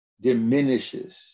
Diminishes